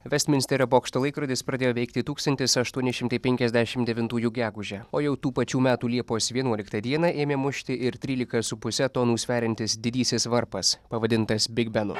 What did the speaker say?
vestminsterio bokšto laikrodis pradėjo veikti tūkstantis aštuoni šimtai penkiasdešim devintųjų gegužę o jau tų pačių metų liepos vienuoliktą dieną ėmė mušti ir trylika su puse tonų sveriantis didysis varpas pavadintas bigbenu